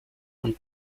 und